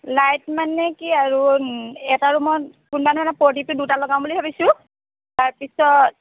light মানে কি আৰু এটা ৰূমত কোনবা ধৰণৰ পৰ্টিকটোত দুটা লগাম বুলি ভাবিছোঁ তাৰপিছত